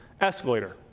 escalator